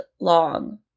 long